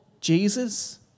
Jesus